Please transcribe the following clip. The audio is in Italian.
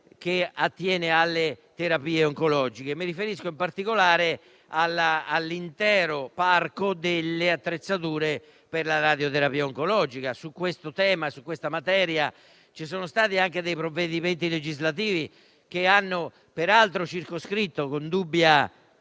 che attiene alle terapie oncologiche, e mi riferisco in particolare all'intero parco delle attrezzature per la radioterapia oncologica. Su questa materia ci sono stati anche dei provvedimenti legislativi, che peraltro hanno circoscritto, con dubbia